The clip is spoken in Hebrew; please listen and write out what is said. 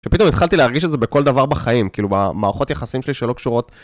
כשפתאום התחלתי להרגיש את זה בכל דבר בחיים, כאילו במערכות יחסים שלי שלא קשורות.